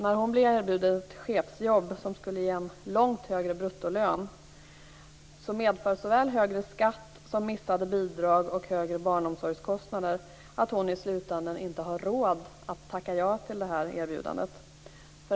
När hon blir erbjuden ett chefsjobb som skulle ge en långt högre bruttolön medför såväl högre skatt som missade bidrag och högre barnomsorgskostnader att hon i slutändan inte har råd att tacka ja till det här erbjudandet.